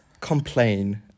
Complain